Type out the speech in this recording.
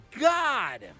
God